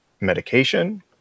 medication